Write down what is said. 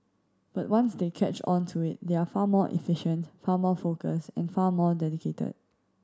but once they catch on to it they are far more efficient far more focused and far more dedicated